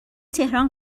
تهران